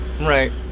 Right